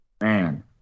man